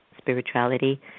spirituality